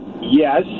Yes